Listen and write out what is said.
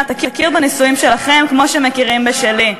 תכיר בנישואים שלכן כמו שמכירים בשלי.